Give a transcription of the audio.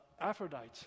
Aphrodite